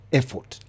effort